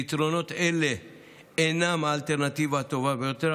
פתרונות אלה אינם האלטרנטיבה הטובה ביותר,